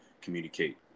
communicate